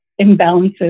imbalances